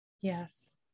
yes